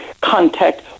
contact